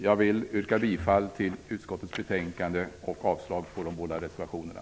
Jag vill yrka bifall till hemställan i utskottets betänkande och avslag på de båda reservationerna.